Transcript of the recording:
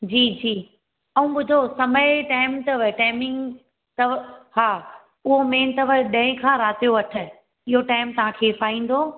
जी जी ऐं ॿुधो समय टेम अथव टाइमिंग अथव हा उहो मैन अथव ॾहें खां राति जो अठ इहो टाइम तव्हांखे पाइंदो